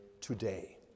today